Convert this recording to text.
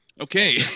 Okay